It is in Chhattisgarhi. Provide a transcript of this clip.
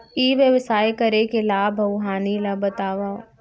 ई व्यवसाय करे के लाभ अऊ हानि ला बतावव?